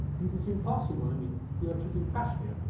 this is impossible. i mean, you're choosing cashmere,